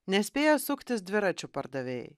nespėja suktis dviračių pardavėjai